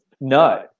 no